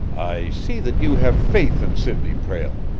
i see that you have faith in sidney prale,